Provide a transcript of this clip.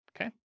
okay